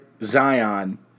Zion